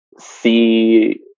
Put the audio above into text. see